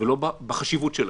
ולא בחשיבות שלהם.